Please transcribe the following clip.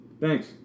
thanks